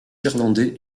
irlandais